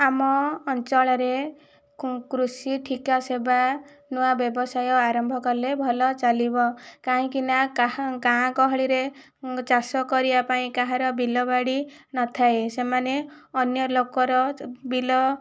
ଆମ ଅଞ୍ଚଳରେ କୃଷି ଠିକା ସେବା ନୂଆ ବ୍ୟବସାୟ ଆରମ୍ଭ କଲେ ଭଲ ଚାଲିବ କାହିଁକିନା କାହା ଗାଁ ଗହଳିରେ ଚାଷ କରିବା ପାଇଁ କାହାର ବିଲ ବାଡ଼ି ନଥାଏ ସେମାନେ ଅନ୍ୟ ଲୋକର ବିଲ